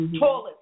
Toilet